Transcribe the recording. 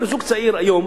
החוק אומר שזוג צעיר היום,